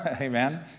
Amen